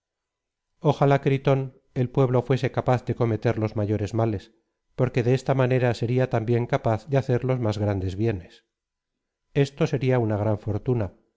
ojalá gritón el pueblo fuese capaz de cometer los mayores males porque de esta manera seria también capaz de hacer los más grandes bienes esto seria una gran fortuna